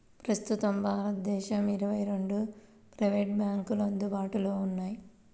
ప్రస్తుతం భారతదేశంలో ఇరవై రెండు ప్రైవేట్ బ్యాంకులు అందుబాటులో ఉన్నాయి